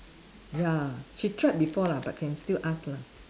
ya she tried before lah but can still ask lah